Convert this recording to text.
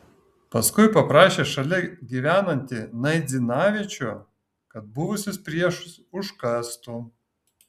paskui paprašė šalia gyvenantį naidzinavičių kad buvusius priešus užkastų